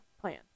plan